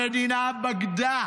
המדינה בגדה